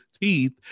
teeth